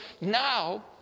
now